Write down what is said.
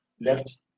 left